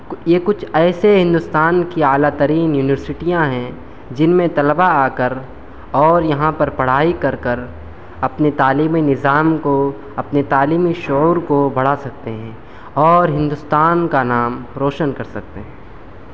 یہ کچھ ایسے ہندوستان کی اعلیٰ ترین یونیورسٹیاں ہیں جن میں طلبہ آ کر اور یہاں پر پڑھائی کر کر اپنے تعلیمی نظام کو اپنے تعلیمی شعور کو بڑھا سکتے ہیں اور ہندوستان کا نام روشن کر سکتے ہیں